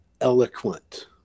eloquent